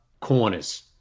corners